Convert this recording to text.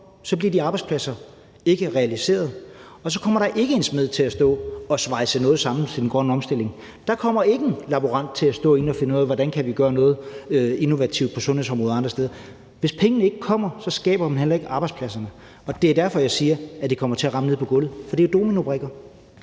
bliver de arbejdspladser ikke realiseret, og så kommer der ikke til at være en smed, der svejser noget sammen til den grønne omstilling; der kommer ikke til at stå en laborant inde og finde ud af på, hvordan man kan gøre noget innovativt på sundhedsområdet og andre steder. Hvis pengene ikke kommer, skaber man heller ikke arbejdspladserne. Det er derfor, jeg siger, at det kommer til at ramme nede på gulvet, for der er jo tale om dominobrikker.